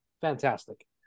fantastic